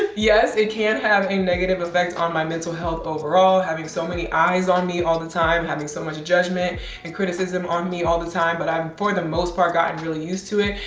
yes, it can have a negative effect on my mental health overall having so many eyes on me all the time, having so much judgment and criticism on me all the time, but i've for the most part gotten really used to it.